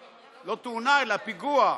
לא תאונה אלא פיגוע.